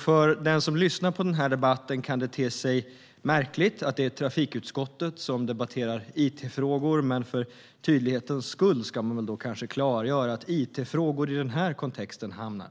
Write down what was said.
För den som lyssnar på denna debatt kan det te sig märkligt att det är trafikutskottet som debatterar it-frågor, så för tydlighetens skull ska jag klargöra att it-frågor i denna kontext